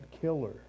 killer